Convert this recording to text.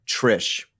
Trish